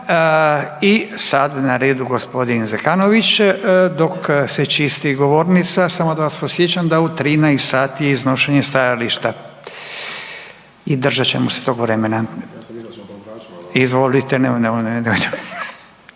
I sad je na redu gospodin Zekanović, dok se čisti govornica samo da vas podsjećam da u 13 sati je iznošenje stajališta i držat ćemo se tog vremena. Izvolite, izvolite